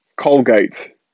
Colgate